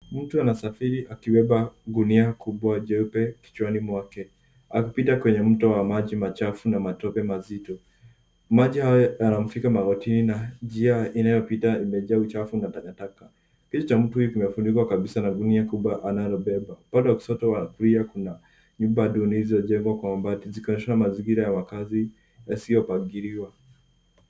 Mtu anasafiri akibeba gunia kubwa jeupe kichwani mwake akipita kwenye mto wa maji machafu na matope mazito. Maji hayo yanamfika magotini na njia anayopita imejaa uchafu na takataka. Kichwa cha mtu kimefunikwa kabisa na gunia kubwa analobeba. Upande wa kushoto wa kulia kuna nyumba nduni zilizojengwa kwa mabati zikionyesha mazingira ya wakazi yasiyopangiliwa.